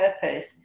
purpose